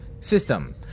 system